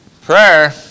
Prayer